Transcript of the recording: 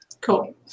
Cool